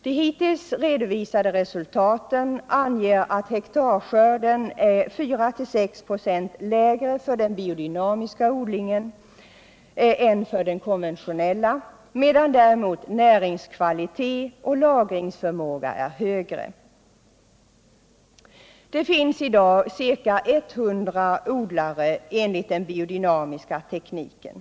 De hittills redovisade resultaten anger att hektarskörden är 4 å 6 5 lägre för den biodynamiska odlingen än för den konventionella, medan däremot näringskvalitet och lagringsförmåga är högre. Det finns i dag ca 100 odlare enligt den biodynamiska tekniken.